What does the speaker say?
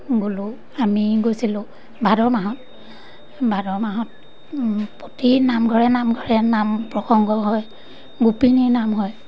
গ'লোঁ আমি গৈছিলোঁ ভাদ মাহত ভাদ মাহত প্ৰতি নামঘৰে নামঘৰে নাম প্ৰসংগ হয় গোপিনীৰ নাম হয়